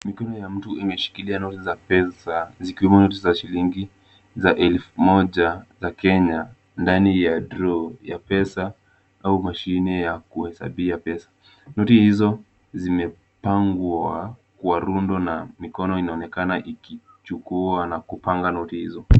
Mkono ya mtu umeshikilia noti za pesa zikiwemo noti za shilingi elfu moja za Kenya ndani ya draw ya pesa au mashini ya kuhesabia pesa, noti hizo zimepangwa kwa rundo na mikono inaonekana ikichukua na kupanga noti hizo.